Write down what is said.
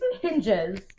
hinges